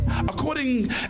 according